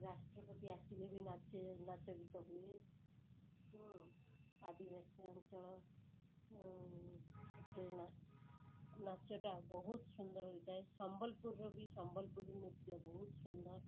ରାଷ୍ଟ୍ରପତି ଆସିବେବି ନାଚେ ନାଚଗୀତ ହୁଏ ହୁଁ ଆଦିବାସୀ ଅଞ୍ଚଳ ନାଚଟା ବହୁତ ସୁନ୍ଦର ହୋଇଥାଏ ସମ୍ବଲପୁରରୁ ବି ସମ୍ବଲପୁରୀ ନୃତ୍ୟ ବହୁତ ସୁନ୍ଦର